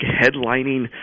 headlining